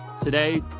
Today